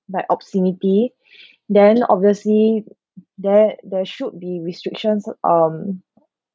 by obscenity then obviously there there should be restrictions um